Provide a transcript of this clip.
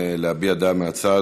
להביע דעה מהצד,